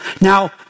Now